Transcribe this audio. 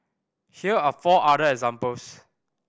here are four other examples